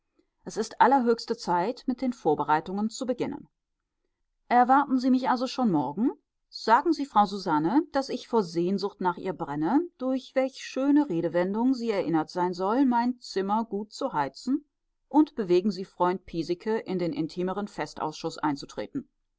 es ist allerhöchste zeit mit den vorbereitungen zu beginnen erwarten sie mich also schon morgen sagen sie frau susanne daß ich vor sehnsucht nach ihr brenne durch welch schöne redewendung sie erinnert sein soll mein zimmer gut zu heizen und bewegen sie freund piesecke in den intimeren festausschuß einzutreten